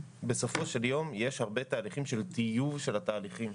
בסופו של יום, יש הרבה טיוב של התהליכים.